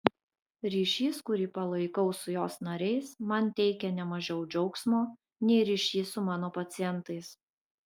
ryšys kurį palaikau su jos nariais man teikia ne mažiau džiaugsmo nei ryšys su mano pacientais